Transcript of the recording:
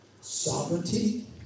sovereignty